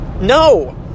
No